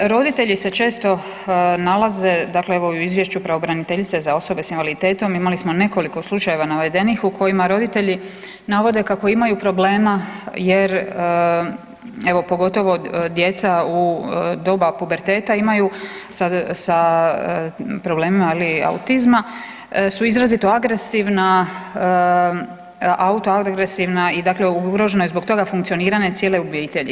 Roditelji se često nalaze, dakle evo i u Izvješću pravobraniteljice za osobe s invaliditetom imali smo nekoliko slučajeva navedenih u kojima roditelji navode kako imaju problema jer evo pogotovo djeca u doba puberteta imaju sa problemima autizma su izrazito agresivno, autoagresivna i dakle ugroženo je zbog toga funkcioniranje cijele obitelji.